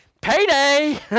Payday